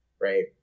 Right